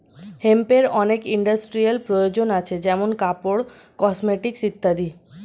হেম্পের অনেক ইন্ডাস্ট্রিয়াল প্রয়োজন আছে যেমন কাপড়, কসমেটিকস ইত্যাদি